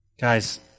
Guys